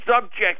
subject